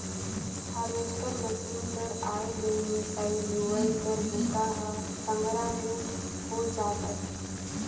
harvester machine कर आए ले मिंसई, लुवई कर बूता ह संघरा में हो जात अहे